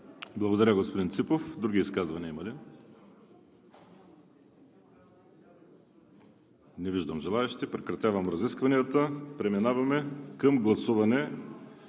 Благодаря, господин Ципов. Други изказвания има ли? Не виждам желаещи. Прекратявам разискванията. Преминаваме към гласуване